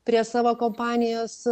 prie savo kompanijos